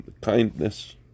kindness